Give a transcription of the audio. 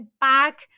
back